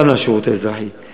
לשירות צבאי וגם לשירות אזרחי.